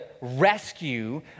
rescue